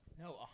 No